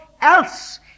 else